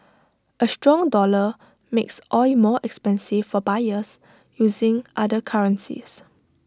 A strong dollar makes oil more expensive for buyers using other currencies